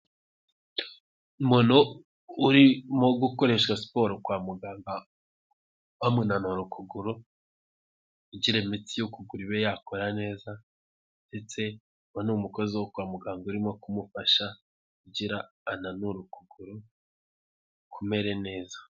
Umuntu urimo gukoresha siporo kwa muganga, bamunura ukuguru, kugira imitsi y'ukuguru ibe yakora neza, ndetse uwo ni umukozi wo kwa muganga urimo kumufasha, kugira ananure ukuguru, kumere neza.